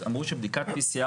כיתת לימוד,